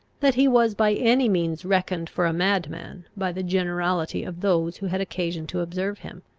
that he was by any means reckoned for a madman by the generality of those who had occasion to observe him.